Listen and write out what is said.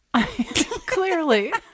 clearly